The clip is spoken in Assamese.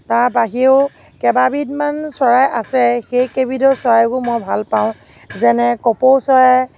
তাৰ বাহিৰেও কেইবাবিধমান চৰাই আছে সেই কেইবিধ চৰাইকো মই ভাল পাওঁ যেনে কপৌ চৰাই